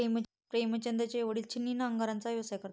प्रेमचंदचे वडील छिन्नी नांगराचा व्यवसाय करतात